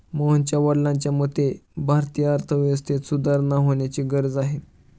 मोहनच्या वडिलांच्या मते, भारतीय अर्थव्यवस्थेत सुधारणा होण्याची गरज आहे